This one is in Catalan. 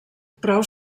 prou